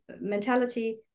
mentality